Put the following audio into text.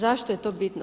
Zašto je to bitno?